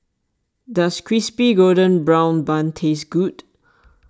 does Crispy Golden Brown Bun taste good